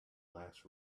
last